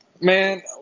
Man